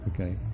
Okay